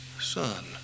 son